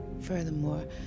Furthermore